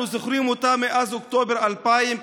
אנחנו זוכרים אותה מאז אוקטובר 2000,